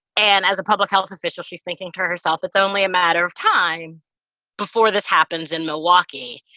and as a public health official, she's thinking to herself, it's only a matter of time before this happens in milwaukee,